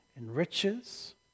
enriches